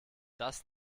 das